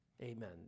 Amen